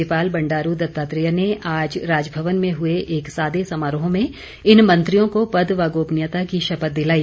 राज्यपाल बंडारू दत्तात्रेय ने आज राजभवन में हुए एक सादे समारोह में इन मंत्रियों को पद व गोपनीयता की शपथ दिलाई